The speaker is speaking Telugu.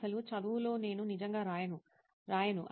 అసలు చదువులో నేను నిజంగా రాయను రాయను